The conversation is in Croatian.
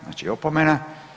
Znači opomena.